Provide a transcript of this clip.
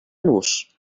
nus